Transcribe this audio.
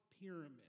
pyramid